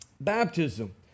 baptism